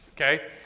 okay